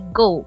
go